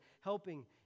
helping